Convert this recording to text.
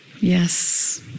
Yes